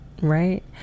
right